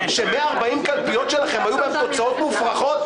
ש-ב-140 קלפיות שלכם היו תוצאות מופרכות.